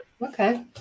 Okay